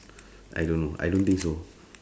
I don't know I don't think so